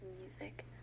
music